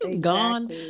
Gone